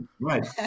Right